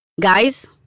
Guys